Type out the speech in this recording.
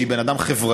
שהיא בן אדם חברתי,